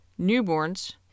newborns